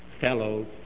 fellow